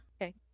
okay